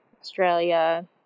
Australia